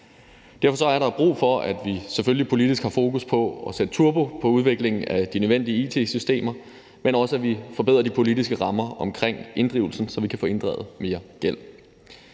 Derfor er der brug for, at vi selvfølgelig politisk har fokus på at sætte turbo på udviklingen af de nødvendige it-systemer, men også, at vi forbedrer de politiske rammer omkring inddrivelsen, så vi kan få inddrevet mere gæld.